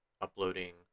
uploading